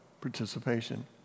participation